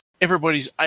everybody's